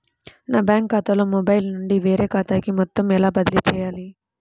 నా బ్యాంక్ ఖాతాలో మొబైల్ నుండి వేరే ఖాతాకి మొత్తం ఎలా బదిలీ చేయాలి?